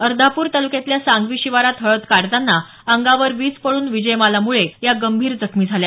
अर्धापूर तालुक्यातल्या सांगवी शिवारात हळद काढतांना अंगावर विज पडून विजयमाला मुळे या गंभीर जखमी झाल्या